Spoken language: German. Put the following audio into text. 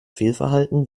fehlverhalten